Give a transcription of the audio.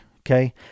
Okay